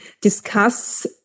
discuss